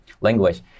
language